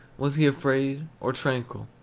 was he afraid, or tranquil?